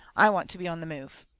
i want to be on the move.